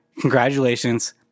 congratulations